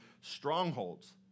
strongholds